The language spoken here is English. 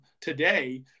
today